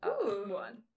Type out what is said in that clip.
one